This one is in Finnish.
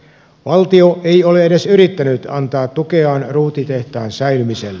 valtio ei ole edes yrittänyt antaa tukeaan ruutitehtaan säilymiselle